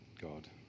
God